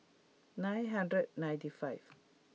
nine hundred ninety five